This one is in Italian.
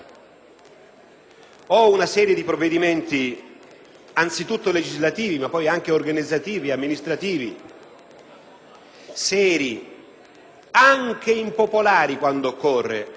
una serie di provvedimenti, anzitutto legislativi, ma poi anche organizzativi e amministrativi seri, anche impopolari quando occorre,